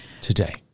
today